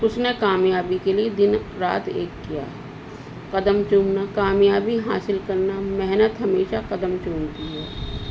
اسس نے کامیابی کے لیے دن رات ایک کیا ہے قدم چوننا کامیابی حاصل کرنا محنت ہمیشہ قدم چونتی ہے